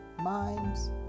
minds